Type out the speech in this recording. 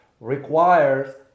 requires